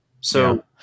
So-